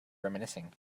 reminiscing